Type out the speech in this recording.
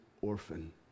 orphan